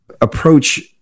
approach